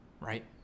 Right